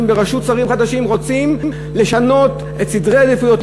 בראשות השרים החדשים רוצים לשנות את סדרי העדיפויות,